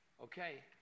Okay